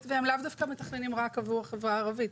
והם לאו דווקא מתכננים רק עבור החברה הערבית.